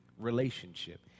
relationship